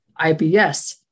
IBS